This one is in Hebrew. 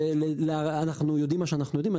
זה, אנחנו יודעים מה שאנחנו יודיעם.